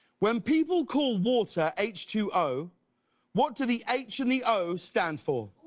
when people call water h two o what do the h and the o stand for.